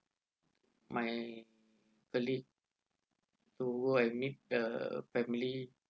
my colleague to go and meet the family